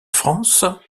france